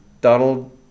Donald